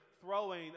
throwing